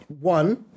One